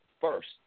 first